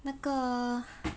那个